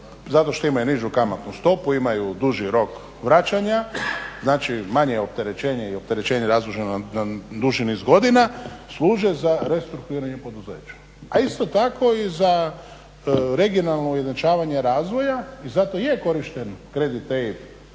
zato što imaju nižu kamatnu stopu, imaju duži rok vraćanja, znači manje je opterećenje i opterećenje na duži niz godina služe za restrukturiranje poduzeća. A isto tako i za regionalno ujednačavanje razvoja i zato je korišten kredit EIB